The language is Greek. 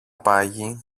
πάγει